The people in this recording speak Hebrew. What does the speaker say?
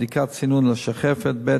בדיקת סינון לשחפת, ב.